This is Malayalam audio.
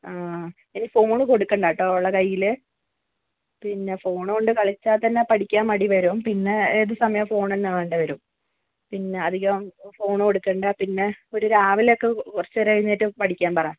ആ ഇനി ഫോണ് കൊടുക്കണ്ടാട്ടൊ അവളുടെ കയ്യിൽ പിന്നെ ഫോൺ കൊണ്ട് കളിച്ചാൽ തന്നെ പഠിക്കാൻ മടി വരും പിന്നെ ഏത് സമയും ഫോണ് തന്നെ വേണ്ടി വരും പിന്നെ അധികം ഫോണ് കൊടുക്കണ്ട പിന്നെ ഒരു രാവിലെയൊക്കെ കുറച്ചു നേരം എഴുന്നേറ്റ് പഠിക്കാൻ പറ